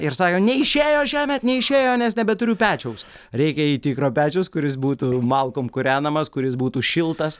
ir sakė neišėjo šiemet neišėjo nes nebeturiu pečiaus reikia jau tikro pečiaus kuris būtų malkom kūrenamas kuris būtų šiltas